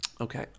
Okay